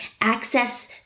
access